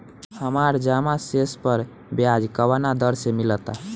हमार जमा शेष पर ब्याज कवना दर से मिल ता?